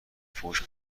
پوش